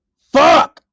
Fuck